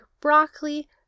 broccoli